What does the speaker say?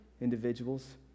individuals